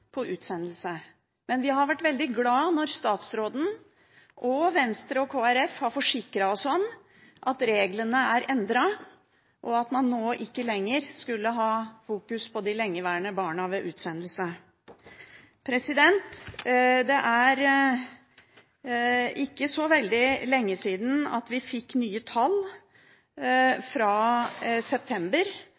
utsendelse. Men vi har vært veldig glade når statsråden, Venstre og Kristelig Folkeparti har forsikret oss om at reglene er endret, og at man nå ikke lenger skulle fokusere på de lengeværende barna ved utsendelse. Det er ikke så veldig lenge siden vi fikk nye tall fra september.